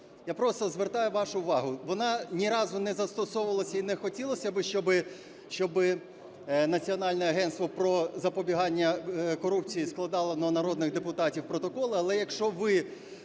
я просто звертаю вашу увагу, вона ні разу не застосовувалася, і не хотілось би, щоб Національне агентство про запобігання корупції складало на народних депутатів протоколи. Але якщо ви